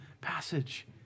passage